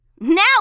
Now